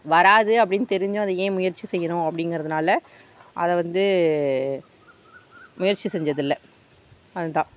வராது அப்படின் தெரிஞ்சும் அது ஏன் முயற்சி செய்யணும் அப்படிங்கறதுனால அதை வந்து முயற்சி செஞ்சதில்லை அதுதான்